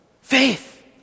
faith